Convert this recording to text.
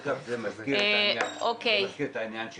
אגב, זה מזכיר את העניין של